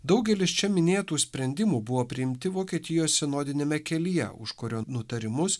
daugelis čia minėtų sprendimų buvo priimti vokietijos sinodiniame kelyje už kurio nutarimus